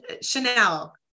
Chanel